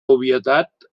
obvietat